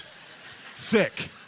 thick